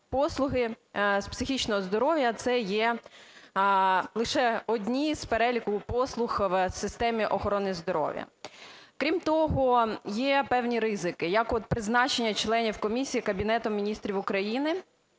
послуги з психічного здоров'я – це є лише одні з переліку послуг в системі охорони здоров'я. Крім того, є певні ризики, як от призначення членів комісії Кабінетом Міністрів України,